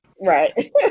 Right